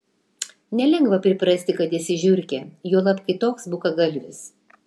nelengva priprasti kad esi žiurkė juolab kai toks bukagalvis